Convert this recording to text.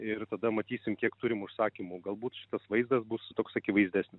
ir tada matysim kiek turim užsakymų galbūt šitas vaizdas bus toks akivaizdesnis